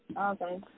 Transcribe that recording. Okay